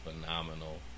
phenomenal